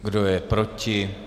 Kdo je proti?